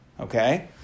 Okay